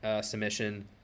submission